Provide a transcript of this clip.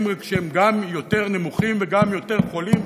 רק שהם גם יותר נמוכים וגם יותר חולים,